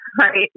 right